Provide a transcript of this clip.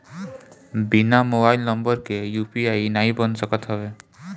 बिना mobile number के UPI नाइ बन सकत हवे